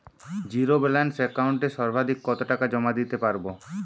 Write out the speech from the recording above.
Zero balance একাউন্টে সর্বাধিক কত টাকা জমা দিতে পারব?